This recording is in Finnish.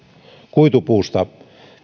kuitupuuta